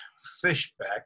Fishback